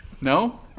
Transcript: No